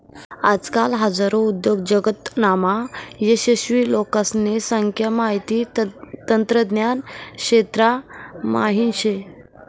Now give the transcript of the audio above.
आजकाल हजारो उद्योजकतामा यशस्वी लोकेसने संख्या माहिती तंत्रज्ञान क्षेत्रा म्हाईन शे